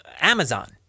amazon